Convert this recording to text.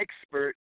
expert